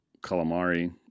calamari